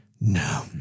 No